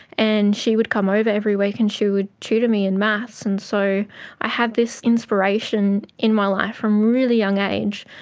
and she would come over every week and she would tutor me in maths. and so i had this inspiration in my life from a really young age,